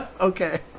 Okay